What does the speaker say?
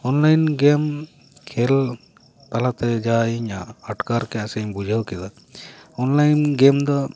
online game ᱠᱷᱮᱞ ᱛᱟᱞᱟᱛᱮ ᱡᱟ ᱤᱧᱟᱹᱜ ᱟᱴᱠᱟᱨ ᱠᱮᱜᱼᱟ ᱥᱮᱧ ᱵᱩᱡᱷᱟᱹᱣ ᱠᱮᱜᱼᱟ ᱚᱱᱞᱟᱭᱤᱱ ᱜᱮᱹᱢ ᱫᱚ